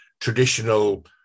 traditional